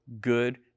good